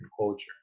culture